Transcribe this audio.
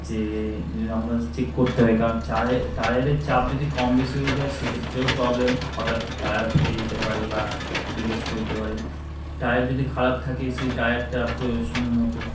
যে আমাকে চেক করতে হবে কারণ চায় টায়ারের চাপ যদি কম বেশি হয়ে যায় সেক্ষেত্রেও প্রবলেম হঠাৎ টায়ার ফেটে যেতে পারে বা ক্ষতিগ্রস্ত হতে পারে টায়ার যদি খারাপ থাকে সেই টায়ারটা সময় মতো